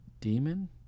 demon